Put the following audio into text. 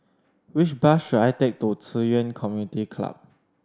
which bus should I take to Ci Yuan Community Club